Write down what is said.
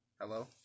Hello